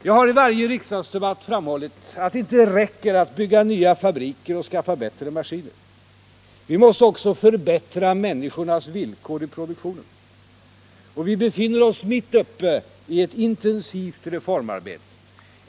Jag har i varje riksdagsdebatt framhållit att det inte räcker att bygga nya fabriker och skaffa bättre maskiner. Vi måste också förbättra människornas villkor i produktionen. Vi befinner oss mitt uppe i ett intensivt reformarbete.